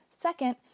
Second